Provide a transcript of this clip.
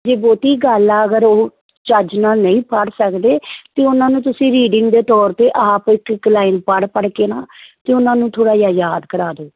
ਜੇ ਬਹੁਤੀ ਗੱਲ ਆ ਅਗਰ ਉਹ ਚੱਜ ਨਾਲ ਨਹੀਂ ਪੜ੍ਹ ਸਕਦੇ ਤਾਂ ਉਹਨਾਂ ਨੂੰ ਤੁਸੀਂ ਰੀਡਿੰਗ ਦੇ ਤੌਰ 'ਤੇ ਆਪ ਇੱਕ ਇੱਕ ਲਾਈਨ ਪੜ੍ਹ ਪੜ੍ਹ ਕੇ ਨਾ ਅਤੇ ਉਹਨਾਂ ਨੂੰ ਥੋੜ੍ਹਾ ਜਿਹਾ ਯਾਦ ਕਰਵਾ ਦਿਉ